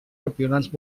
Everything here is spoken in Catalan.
campionats